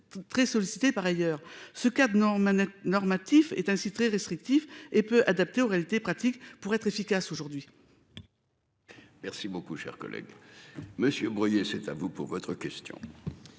Très sollicités par ailleurs ce cap non normatif est ainsi très restrictif et peu adapté aux réalités pratiques pour être efficace aujourd'hui. Oui. Merci beaucoup, cher collègue. Monsieur Bruillet, c'est à vous pour votre question.